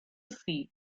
see